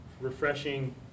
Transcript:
refreshing